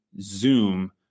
Zoom